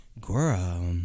Girl